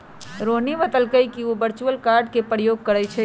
रोहिणी बतलकई कि उ वर्चुअल कार्ड के प्रयोग करई छई